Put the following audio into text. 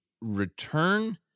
return